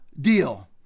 deal